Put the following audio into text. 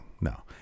No